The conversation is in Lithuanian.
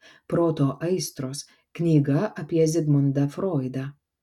proto aistros knyga apie zigmundą froidą